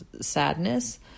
sadness